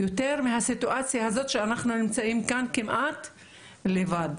יותר מהסיטואציה הזאת שאנחנו נמצאים כאן כמעט לבד,